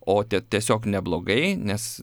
o te tiesiog neblogai nes